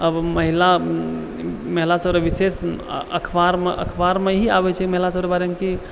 अब महिला महिला सब लए विशेष अखबारमे अखबारमे ही आबै छै महिला सब ओकर बारेमे की